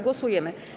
Głosujemy.